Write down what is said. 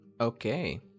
Okay